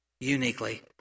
uniquely